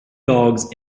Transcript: dogs